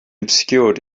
obscured